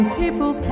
people